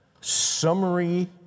summary